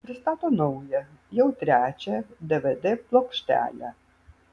pristato naują jau trečią dvd plokštelę